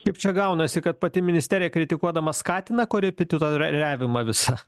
juk čia gaunasi kad pati ministerija kritikuodama skatina korepititoriavimą visą